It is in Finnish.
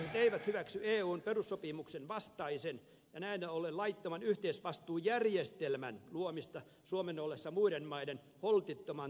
perussuomalaiset eivät hyväksy eun perussopimuksen vastaisen ja näin ollen laittoman yhteisvastuujärjestelmän luomista suomen ollessa muiden maiden holtittoman taloudenhoidon maksumiehenä